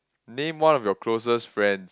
name one of your closest friends